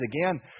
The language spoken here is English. again